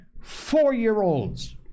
four-year-olds